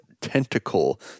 tentacle